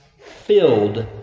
filled